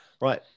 Right